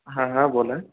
हां हां बोला